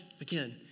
again